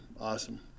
Awesome